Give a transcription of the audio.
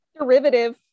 Derivative